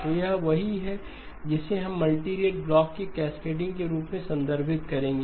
तो यह वही है जिसे हम मल्टीरेट ब्लॉक के कैस्केडिंग के रूप में संदर्भित करेंगे